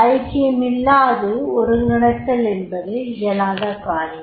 ஐக்கியமில்லாது ஒருங்கிணைத்தல் என்பது இயலாத காரியம்